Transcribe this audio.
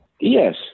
Yes